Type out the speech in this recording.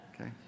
okay